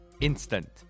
instant